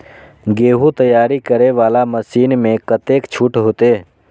गेहूं तैयारी करे वाला मशीन में कतेक छूट होते?